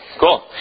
Cool